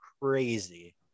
crazy